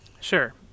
Sure